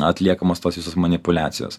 atliekamos tos visos manipuliacijos